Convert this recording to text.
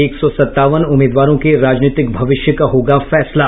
एक सौ सत्तावन उम्मीदवारों के राजनीतिक भविष्य का होगा फैसला